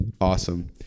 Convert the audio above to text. Awesome